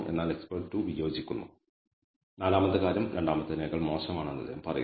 എന്നാൽ എക്സ്പെർട്ട് 2 വിയോജിക്കുന്നു നാലാമത്തെ കാര്യം രണ്ടാമത്തേതിനേക്കാൾ മോശമാണെന്ന് അദ്ദേഹം പറയുന്നു